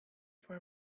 for